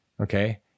Okay